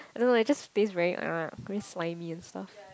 I don't know eh it just taste very ugh very slimy and stuff